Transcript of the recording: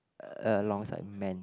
alongside men